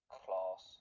class